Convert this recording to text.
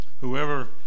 Whoever